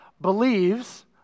believes